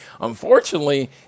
Unfortunately